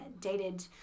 dated